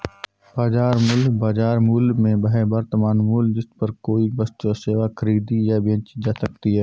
बाजार मूल्य, बाजार मूल्य में वह वर्तमान मूल्य है जिस पर कोई वस्तु या सेवा खरीदी या बेची जा सकती है